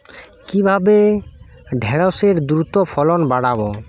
কিভাবে ঢেঁড়সের দ্রুত ফলন বাড়াব?